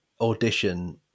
audition